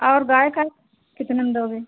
और गाय का कितना में दोगे